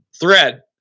thread